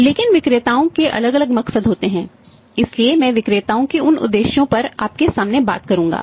लेकिन विक्रेताओं के अलग अलग मकसद होते हैं इसलिए मैं विक्रेताओं के उन उद्देश्यों पर आपके सामने बात करुंगा